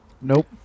nope